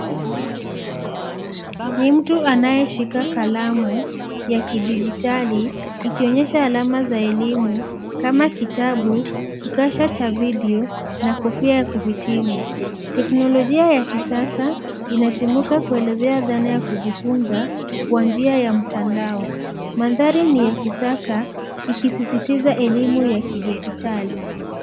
Ni mtu anayeshika kalamu ya kidijitali ikionyesha alama za elimu kama kitabu kikasha cha video na kofia ya kuhitimu. Teknolojia ya kisasa inatumika kuelezea dhana ya kujifunza kwa njia ya mtandao. Mandhari ni ya kisasa ikisisitiza elimu ya kidijitali.